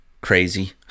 crazy